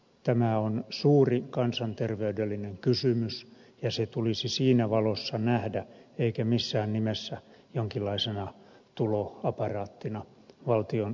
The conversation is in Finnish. tämä on suuri kansanterveydellinen kysymys ja se tulisi siinä valossa nähdä eikä missään nimessä jonkinlaisena tuloaparaattina valtion budjetissa